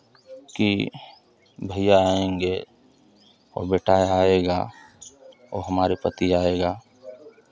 की भैया आएंगे और बेटा आएगा और हमारे पति आएगा